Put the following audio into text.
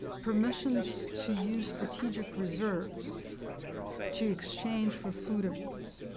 permissions to use strategic reserves to exchange for food imports.